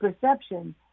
perception